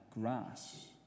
grass